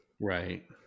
Right